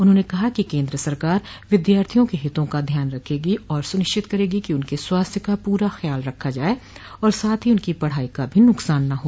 उन्होंने कहा कि केन्द्र सरकार विद्यार्थियों के हितों का ध्यान रखेगी और सुनिश्चित करेगी कि उनके स्वास्थ्य का पूरा ख्याल रखा जाए और साथ ही उनकी पढाई का भी नुकसान न हो